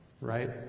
right